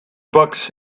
bucks